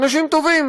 אנשים טובים,